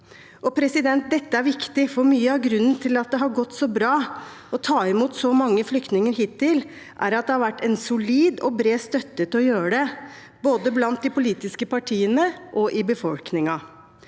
Dette er viktig, for mye av grunnen til at det har gått så bra å ta imot så mange flyktninger hittil, er at det har vært en solid og bred støtte til å gjøre det, både blant de politiske partiene og i befolkningen.